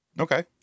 Okay